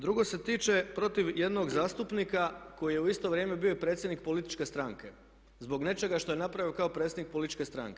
Drugo se tiče protiv jednog zastupnika koji je u isto vrijeme bio i predsjednik političke stranke, zbog nečega što je napravio kao predsjednik političke stranke.